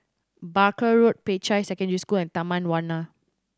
Barker Road Peicai Secondary School and Taman Warna